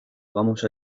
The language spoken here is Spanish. vamos